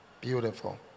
Beautiful